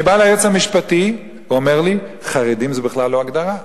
אני בא ליועץ המשפטי והוא אומר לי: חרדים זה בכלל לא הגדרה.